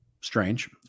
strange